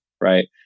right